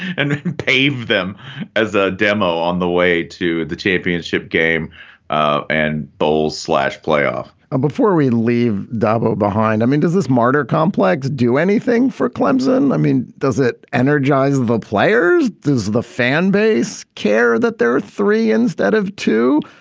and save them as a demo on the way to the championship game ah and bowls slash playoff and before we leave dabo behind i mean, does this martyr complex do anything for clemson? i mean, does it energize the players? does the fan base care that there are three instead of two,